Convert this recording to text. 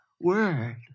word